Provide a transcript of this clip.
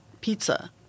pizza